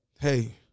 hey